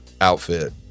outfit